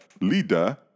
leader